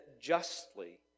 justly